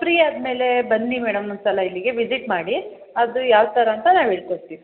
free ಆದ ಮೇಲೆ ಬನ್ನಿ ಮೇಡಮ್ ಒಂದ್ಸಲ ಇಲ್ಲಿಗೆ ವಿಸಿಟ್ ಮಾಡಿ ಅದು ಯಾವ ಥರ ಅಂತ ನಾವು ಹೇಳಿ ಕೊಡ್ತೀವಿ